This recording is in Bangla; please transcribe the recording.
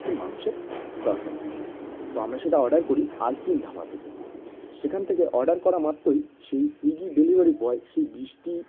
কিছু মাংসের তরকারি তো আমরা সেটা অর্ডার করি আলফিন ধাবা থেকে সেখান থেকে অর্ডার করা মাত্রই সেই সুইগি ডেলিভারি বয় সেই বৃষ্টি